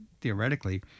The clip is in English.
theoretically